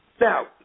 Now